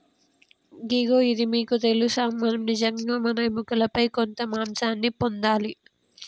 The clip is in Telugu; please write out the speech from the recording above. ఇగో గిది మీకు తెలుసా మనం నిజంగా మన ఎముకలపై కొంత మాంసాన్ని పొందాలి